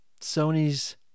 Sony's